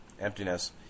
emptiness